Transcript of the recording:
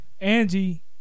Angie